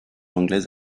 anglaise